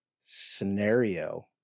scenario